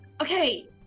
Okay